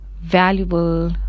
valuable